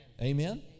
Amen